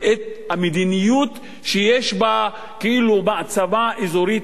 המדיניות שיש כאילו מעצמה אזורית אחת,